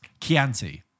Chianti